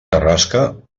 carrasca